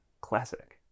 Classic